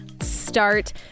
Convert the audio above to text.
start